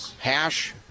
hash